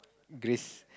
grace